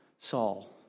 Saul